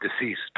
deceased